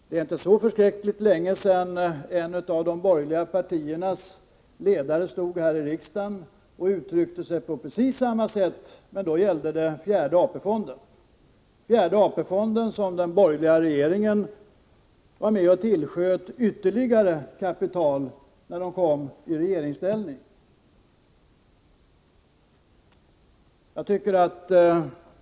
Det är inte så förskräckligt länge sedan en av de borgerliga partiernas ledare stod här i riksdagen och uttryckte sig på precis samma sätt, men då gällde det fjärde AP-fonden, den fond till vilken de borgerliga tillsköt ytterligare kapital när de kom i regeringsställning.